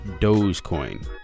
Dogecoin